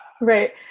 Right